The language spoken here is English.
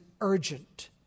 urgent